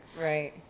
right